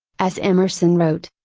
as emerson wrote,